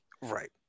right